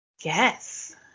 Yes